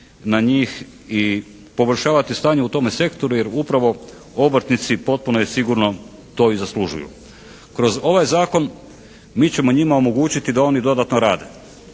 na njih i poboljšavati stanje u tome sektoru jer upravo obrtnici, potpuno je sigurno to i zaslužuju. Kroz ovaj zakon mi ćemo njima omogućiti da oni dodatno rade,